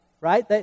right